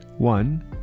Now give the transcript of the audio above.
One